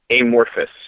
amorphous